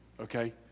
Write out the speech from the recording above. okay